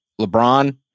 LeBron